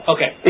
Okay